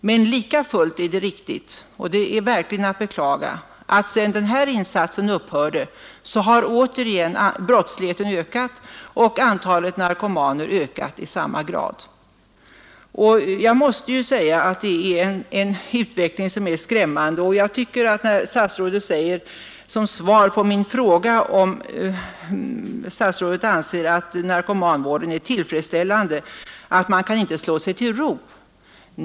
Men lika fullt är det riktigt — och det är verkligen att beklaga — att sedan den insatsen upphörde har brottsligheten åter ökat och antalet narkomaner har ökat i samma grad. Det är en skrämmande utveckling. På min fråga om herr statsrådet anser att narkomanvården är tillfredsställande svarade herr statsrådet att man inte kan ”slå sig till ro”.